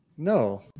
No